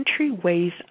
entryways